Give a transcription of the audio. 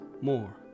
MORE